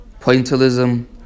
pointillism